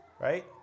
right